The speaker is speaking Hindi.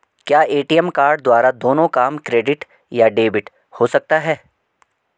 क्या ए.टी.एम कार्ड द्वारा दोनों काम क्रेडिट या डेबिट हो सकता है?